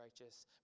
righteous